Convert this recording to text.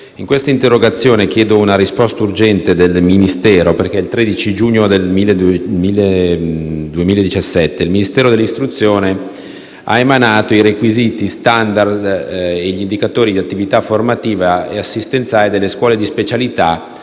In quest'interrogazione chiedo una risposta urgente del Ministero, perché il 13 giugno 2017 il Ministero dell'istruzione ha emanato i requisiti *standard* e gli indicatori di attività formativa e assistenziale delle Scuole di specialità